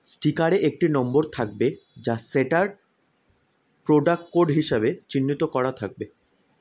স্টিকারে একটি নম্বর থাকবে যা সেটার প্রোডাক্ট কোড হিসাবে চিহ্নিত করা থাকবে